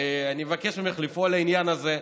אני מבקש ממך לפעול למען העניין הזה,